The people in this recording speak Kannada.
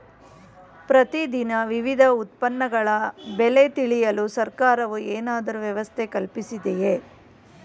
ಪ್ರತಿ ದಿನ ವಿವಿಧ ಉತ್ಪನ್ನಗಳ ಬೆಲೆ ತಿಳಿಯಲು ಸರ್ಕಾರವು ಏನಾದರೂ ವ್ಯವಸ್ಥೆ ಕಲ್ಪಿಸಿದೆಯೇ?